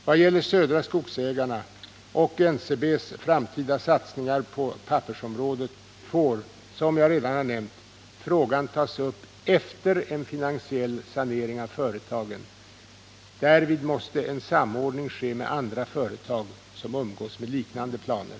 Vad gäller Södra Skogsägarna och NCB:s framtida satsningar på pappersområdet får, som jag redan har nämnt, frågan tas upp efter en finansiell sanering av företagen. Härvid måste en samordning ske med andra företag, som umgås med liknande planer.